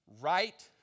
right